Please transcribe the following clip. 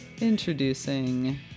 introducing